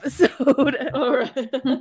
episode